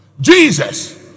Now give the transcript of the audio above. Jesus